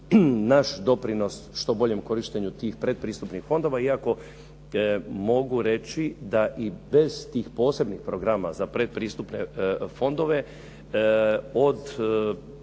naš doprinos što boljem korištenju tih pretpristupnih fondova, iako mogu reći da i bez tih posebnih programa za pretpristupne fondove od